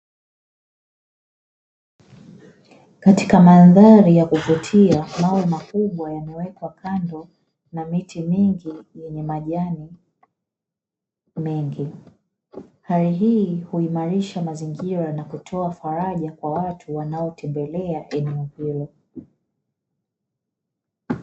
Katika mandhari ya kuvutia mawe makubwa yamewekwa yamewekwa kando na miti mingi yenye majani mengi, hali hii huimarisha mazingira na kutoa faraja kwa watu wanao tembelea eneo hilo.